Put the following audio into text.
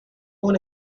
one